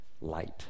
light